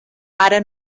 ara